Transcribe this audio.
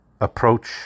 approach